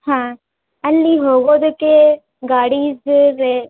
ಹಾಂ ಅಲ್ಲಿ ಹೋಗೋದಕ್ಕೆ ಗಾಡಿ